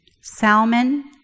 Salmon